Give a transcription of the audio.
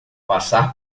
passar